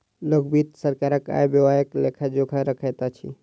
लोक वित्त सरकारक आय व्ययक लेखा जोखा रखैत अछि